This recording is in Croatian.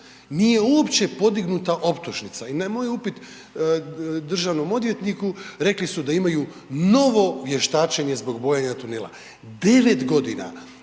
nije uopće podignuta optužnica i na moj upit državnom odvjetniku rekli su da imaju novo vještačenje zbog bojenja tunela, 9 godina,